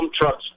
trucks